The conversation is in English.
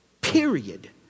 period